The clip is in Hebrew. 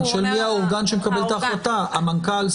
אני שואל מי האורגן שמקבל את ההחלטה המנכ"ל,